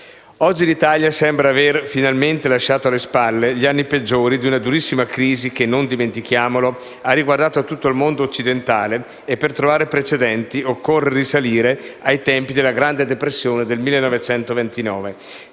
Oggi l'Italia sembra essersi lasciata finalmente alle spalle gli anni peggiori di una durissima crisi che - non dimentichiamolo - ha riguardato tutto il mondo occidentale (per trovare precedenti bisogna risalire ai tempi della Grande depressione del 1929).